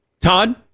Todd